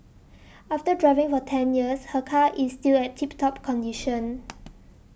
after driving for ten years her car is still at tip top condition